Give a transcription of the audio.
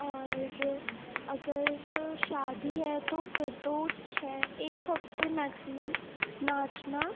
اور اگر شادی ہے تو پھر تو چھ ایک ہفتے میکسیمم ناچنا